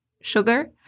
sugar